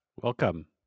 Welcome